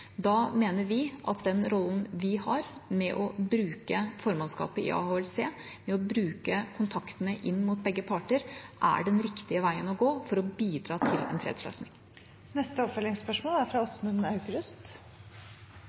Da mener vi at den rollen vi har med å bruke formannskapet i AHLC, med å bruke kontaktene inn mot begge parter, er den riktige veien å gå for å bidra til en fredsløsning. Det åpnes for oppfølgingsspørsmål – Åsmund Aukrust.